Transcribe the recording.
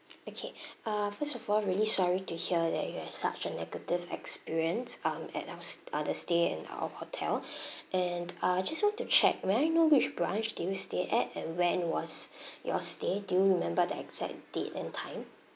okay uh first of all really sorry to hear that you had such a negative experience um at our s~ uh the stay in our hotel and uh just want to check may I know which branch did you stay at and when was your stay do you remember the exact date and time